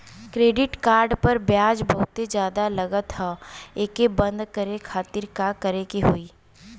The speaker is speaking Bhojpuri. क्रेडिट कार्ड पर ब्याज बहुते ज्यादा लगत ह एके बंद करे खातिर का करे के होई?